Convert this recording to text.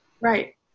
Right